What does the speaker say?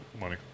money